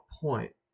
point